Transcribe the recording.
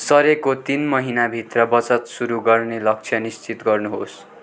सरेको तिन महिनाभित्र बचत सुरु गर्ने लक्ष्य निश्चित गर्नुहोस्